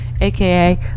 aka